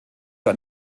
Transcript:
für